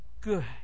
good